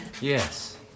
Yes